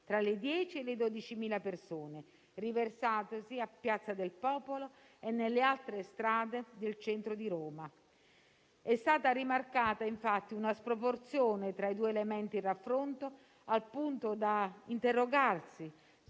tra le 10.000 e le 12.000 persone riversatesi a Piazza del Popolo e nelle altre strade del centro di Roma. È stata rimarcata, infatti, una sproporzione tra i due elementi in raffronto, al punto da interrogarsi